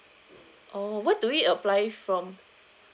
oh where do we apply from